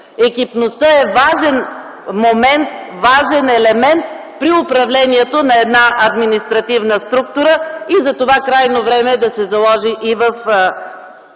Екипността е важен момент, важен елемент при управлението на една административна структура и затова е крайно време да се заложи и в съдебната